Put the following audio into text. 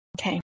Okay